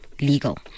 legal